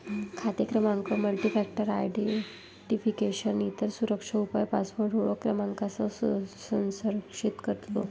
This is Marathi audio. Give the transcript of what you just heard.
खाते क्रमांक मल्टीफॅक्टर आयडेंटिफिकेशन, इतर सुरक्षा उपाय पासवर्ड ओळख क्रमांकासह संरक्षित करतो